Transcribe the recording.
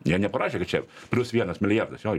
jie neparašė kad čia plius vienas milijardas jo